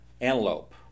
antelope